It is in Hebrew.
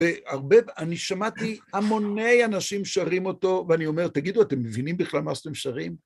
ואני שמעתי המוני אנשים שרים אותו, ואני אומר, תגידו, אתם מבינים בכלל מה שאתם שרים?